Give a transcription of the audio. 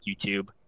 YouTube